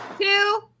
two